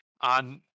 on